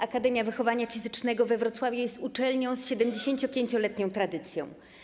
Akademia Wychowania Fizycznego we Wrocławiu jest uczelnią z 75-letnią tradycją.